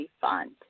fund